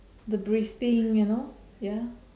the breathing you know ya